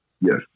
Yes